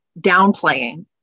downplaying